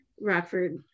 rockford